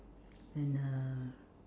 and uh